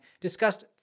discussed